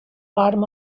bottom